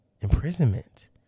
imprisonment